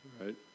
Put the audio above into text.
right